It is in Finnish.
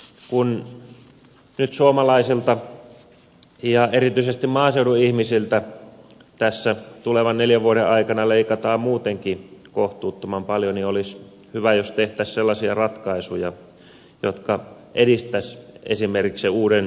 kun nyt suomalaisilta ja erityisesti maaseudun ihmisiltä tässä tulevan neljän vuoden aikana leikataan muutenkin kohtuuttoman paljon niin olisi hyvä jos tehtäisiin sellaisia ratkaisuja jotka edistäisivät esimerkiksi sen uuden auton ostoa